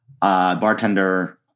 Bartender